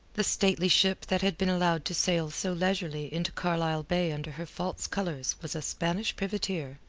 the stately ship that had been allowed to sail so leisurely into carlisle bay under her false colours was a spanish privateer,